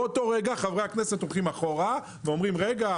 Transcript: באותו הרגע חברי הכנסת הולכים אחורה ואומרים: "רגע,